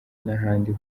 n’ahandi